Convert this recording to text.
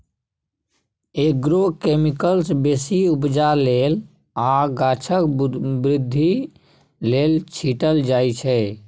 agrochemicals बेसी उपजा लेल आ गाछक बृद्धि लेल छीटल जाइ छै